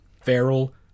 feral